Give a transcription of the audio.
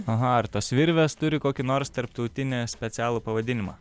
aha ar tos virvės turi kokį nors tarptautinį specialų pavadinimą